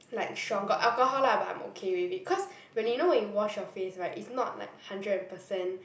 like strong got alcohol lah but I'm okay with it cause when really you know when you wash your face [right] it's not like hundred percent